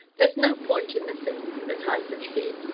there's no point in the thing, that i can see,